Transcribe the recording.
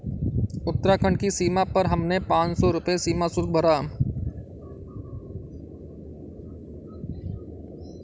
उत्तराखंड की सीमा पर हमने पांच सौ रुपए सीमा शुल्क भरा